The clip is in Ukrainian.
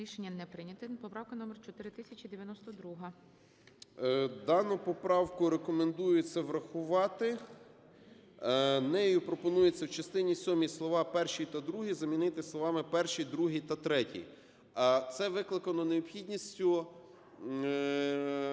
Рішення не прийнято. Поправка номер 4092-а. 17:02:40 СИДОРОВИЧ Р.М. Дану поправку рекомендується врахувати. Нею пропонується в частині сьомій слова "першій та другій" замінити словами "першій, другій та третій". Це викликано необхідністю